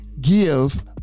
give